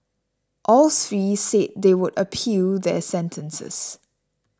all three said they would appeal their sentences